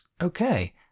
okay